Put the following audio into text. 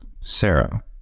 Sarah